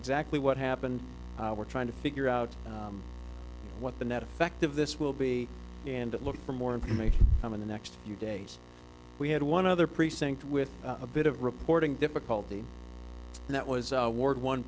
exactly what happened we're trying to figure out what the net effect of this will be and it looks for more information come in the next few days we had one other precinct with a bit of reporting difficulty that was ward one